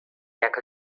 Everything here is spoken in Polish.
jak